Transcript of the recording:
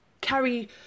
Carry